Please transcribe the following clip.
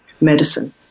medicine